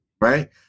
right